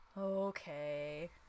Okay